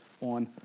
on